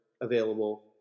available